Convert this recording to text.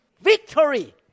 victory